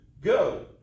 go